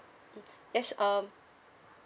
mm yes um